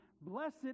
blessed